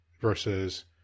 versus